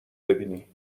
ببینی